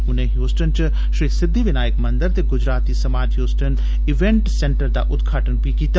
उनें हयूस्टन च श्री सिद्दी विनायक मंदर ते गुजराती समाज हयूस्टन इवेंट सेंटर दा बी उद्घाटन कीता